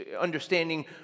understanding